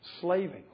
slaving